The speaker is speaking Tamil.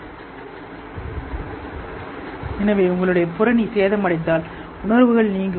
எனவே உங்கள் உணர்வு நீங்கும் அல்லது நீங்கள் புறணி சேதமடைந்தால் அல்லது